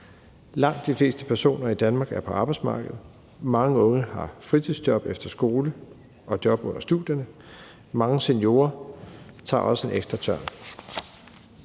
Langt de fleste personer i Danmark er på arbejdsmarkedet, mange unge har fritidsjob efter skole og job under studierne, og mange seniorer tager også en ekstra tørn.